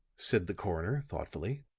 said the coroner thoughtfully,